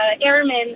airmen